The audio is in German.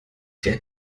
der